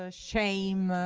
ah shame,